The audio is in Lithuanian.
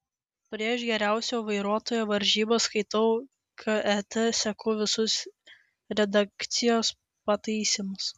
prieš geriausio vairuotojo varžybas skaitau ket seku visus redakcijos pataisymus